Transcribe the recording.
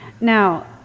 Now